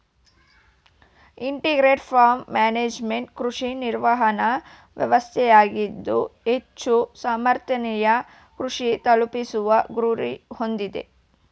integrated farm management ಕೃಷಿ ನಿರ್ವಹಣಾ ವ್ಯವಸ್ಥೆಯಾಗಿದ್ದು ಹೆಚ್ಚು ಸಮರ್ಥನೀಯ ಕೃಷಿ ತಲುಪಿಸುವ ಗುರಿ ಹೊಂದಿದೆ